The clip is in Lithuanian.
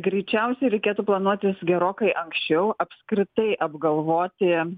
greičiausiai reikėtų planuotis gerokai anksčiau apskritai apgalvoti